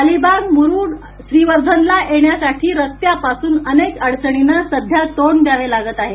अलिबागमुरूडश्रीवर्धनला येण्यासाठी रस्त्यांपासून अनेक अडचणींना सध्या तोंड द्यावे लागत आहे